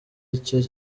icyo